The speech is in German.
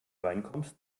reinkommst